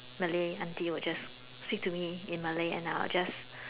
Malay auntie would just speak to me in Malay and I would just